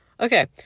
Okay